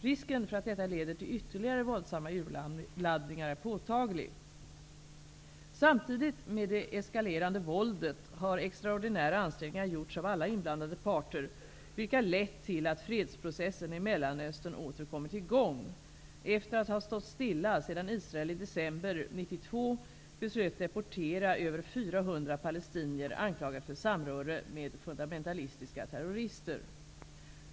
Risken för att detta leder till ytterligare våldsamma urladdningar är påtaglig. Samtidigt med det eskalerande våldet har extraordinära ansträngningar gjorts av alla inblandade parter, vilka lett till att fredsprocessen i Mellanöstern åter kommit i gång -- efter att ha stått stilla sedan Israel i december 1992 beslöt deportera över 400 palestinier anklagade för samröre med fundamentalistiska terrorister.